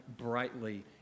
brightly